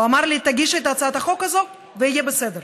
הוא אמר לי: תגישי את הצעת החוק הזאת ויהיה בסדר.